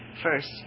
First